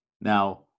Now